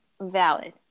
Valid